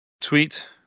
tweet